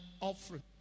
offering